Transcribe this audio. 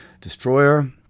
Destroyer